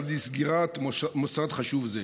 עד לסגירת מוסד חשוב זה,